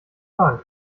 bank